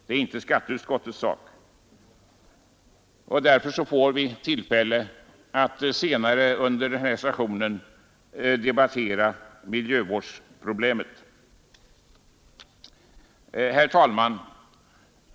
Det är inte skatteutskottets sak att göra det. Därför får vi tillfälle att senare under denna riksdagssession debattera miljövårdsproblemen. Herr talman!